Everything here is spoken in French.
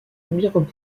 mirepoix